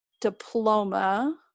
diploma